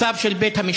צו של בית-המשפט.